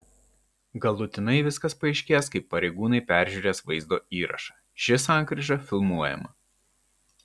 galutinai viskas paaiškės kai pareigūnai peržiūrės vaizdo įrašą ši sankryža filmuojama